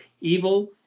evil